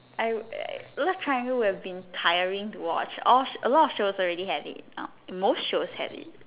I love triangle would have been tiring to watch all a lot of shows have it now most shows have it